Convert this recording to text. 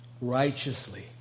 righteously